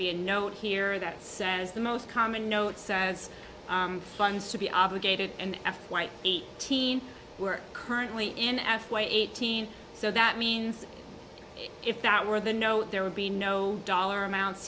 be a note here that says the most common note says funds to be obligated and after white eighteen were currently in f y eighteen so that means if that were the note there would be no dollar amounts